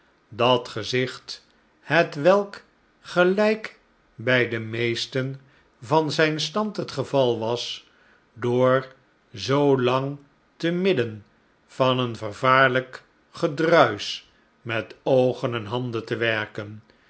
dat gezicht hetwelk gelijk bij de meesten van zijn stand het geval was door zoolang te midden van een vervaarlijk gedruisch met oogen en handen te werken